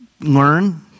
learn